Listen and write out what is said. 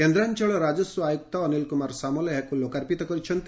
କେନ୍ରାଞଳ ରାଜସ୍ୱ ଆୟୁକ୍ତ ଅନିଲ୍ କୁମାର ସାମଲ୍ ଏହାକୁ ଲୋକାର୍ପିତ କରିଛନ୍ତି